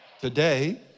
Today